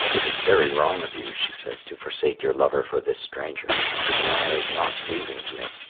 it is very wrong of you, she said, to forsake your lover for this stranger his manner is not pleasing to me.